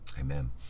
Amen